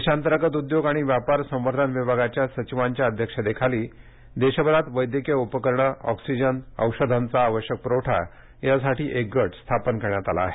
देशांतर्गत उद्योग आणि व्यापार संवर्धन विभागाच्या सचिवांच्या अध्यक्षतेखाली देशभरात वैद्यकीय उपकरणे ऑक्सिजन औषधांचा आवश्यक प्रवठा यासाठी एक गट स्थापन करण्यात आला आहे